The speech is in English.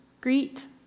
greet